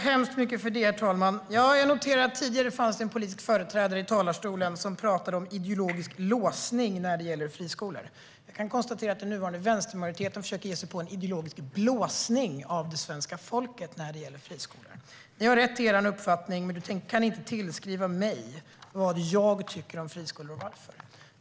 Herr talman! Jag noterar att det tidigare fanns en politisk företrädare i talarstolen som pratade om ideologisk låsning när det gäller friskolor. Jag kan konstatera att den nuvarande vänstermajoriteten försöker ge sig på en ideologisk blåsning av det svenska folket när det gäller friskolor. Ni har rätt till er uppfattning, men ni kan inte tillskriva mig vad jag tycker om friskolor och varför.